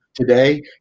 today